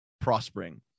prospering